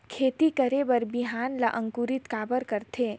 खेती करे बर बिहान ला अंकुरित काबर करथे?